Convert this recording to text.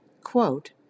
Quote